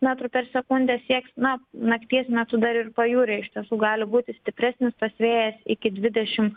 metrų per sekundę sieks na nakties metu dar ir pajūry iš tiesų gali būti stipresnis tas vėjas iki dvidešim